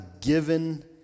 given